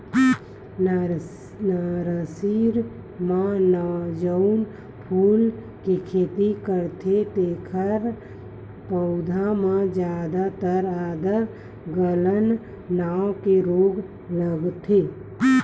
nursery म जउन फूल के खेती करथे तेखर पउधा म जादातर आद्र गलन नांव के रोग लगथे